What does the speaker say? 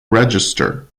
register